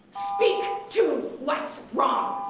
speak to what's wrong!